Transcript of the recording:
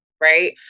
right